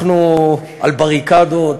אנחנו על בריקדות,